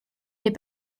les